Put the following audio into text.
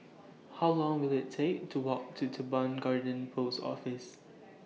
How Long Will IT Take to Walk to Teban Garden Post Office